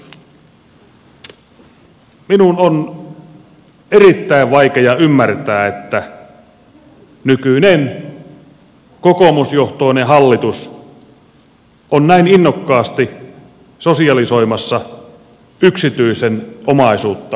minun on erittäin vaikea ymmärtää että nykyinen kokoomusjohtoinen hallitus on näin innokkaasti sosialisoimassa yksityisen omaisuutta tällä tavalla